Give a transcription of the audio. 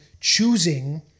choosing